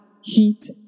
heat